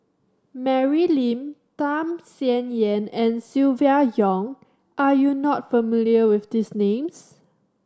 Mary Lim Tham Sien Yen and Silvia Yong are you not familiar with these names